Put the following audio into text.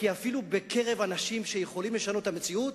כי אפילו בקרב אנשים שיכולים לשנות את המציאות,